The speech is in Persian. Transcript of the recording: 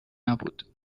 نبود